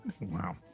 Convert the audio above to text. Wow